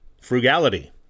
frugality